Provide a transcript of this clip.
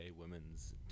women's